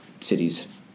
cities